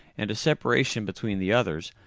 and a separation between the others,